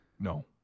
No